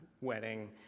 wedding